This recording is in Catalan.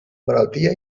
malaltia